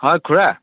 হয় খুৰা